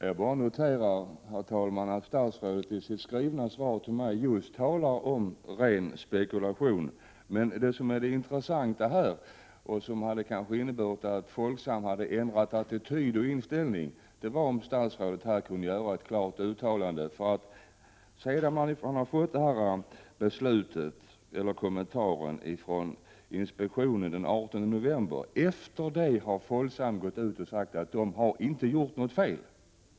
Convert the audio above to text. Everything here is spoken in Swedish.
Herr talman! Jag noterar att statsrådet i sitt skrivna svar till mig just talar m ”ren spekulation”. Men det som är intressant här — och det som kanske skulle medföra att Folksam ändrar attityd — är om statsrådet kunde göra ett klart uttalande. Efter det att försäkringsinspektionen gjorde sin kommentar den 18 november har Folksam gått ut och sagt att bolaget inte har gjort något fel.